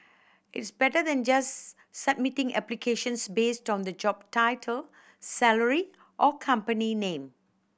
it's better than just submitting applications based on the job title salary or company name